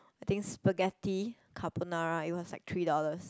I think spaghetti carbonara is was like three dollars